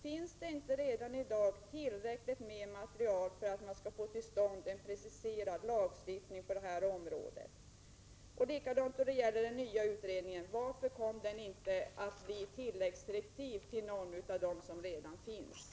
Finns det inte redan i dag tillräckligt med material för att man skall kunna få till stånd en preciserad lagstiftning på detta område? När det gäller den nya utredningen vill jag fråga: Varför gavs inte i stället 47 tilläggsdirektiv till någon av de utredningar som redan arbetar?